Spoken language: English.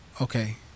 okay